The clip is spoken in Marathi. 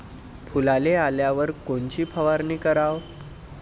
फुलाले आल्यावर कोनची फवारनी कराव?